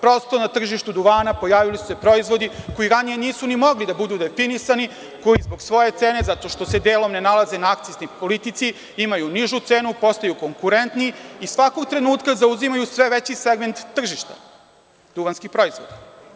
Prosto, na tržištu duvana pojavili su se proizvodi koji ranije nisu ni mogli da budu definisani, koji zbog svoje cene, zato što se delom ne nalaze na akciznoj politici imaju nižu cenu, postaju konkurenti i svakog trenutka zauzimaju sve veći segment tržišta, duvanski proizvodi.